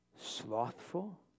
slothful